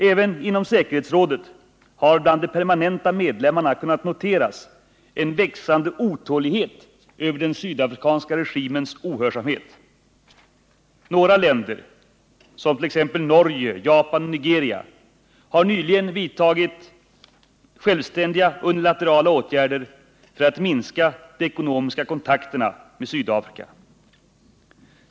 Även inom säkerhetsrådet har bland de permanenta medlemmarna kunnat noteras en växande otålighet över den sydafrikanska regimens ohörsamhet. Några länder, Norge, Japan och Nigeria, har nyligen vidtagit självständiga unilaterala åtgärder för att minska de ekonomiska kontakterna med Sydafrika.